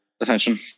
attention